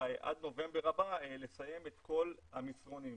שעד נובמבר הבא לסיים את כל המסרונים,